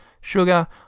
Sugar